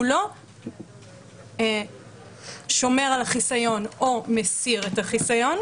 הוא לא שומר על החיסיון או מסיר את החיסיון,